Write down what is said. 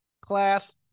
class